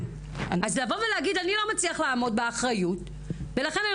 אז לבוא ולהגיד: אני לא מצליח לעמוד באחריות ולכן אני